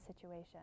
situation